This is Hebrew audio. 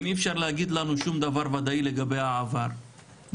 אם אי אפשר להגיד לנו שום דבר ודאי לגבי העבר ואי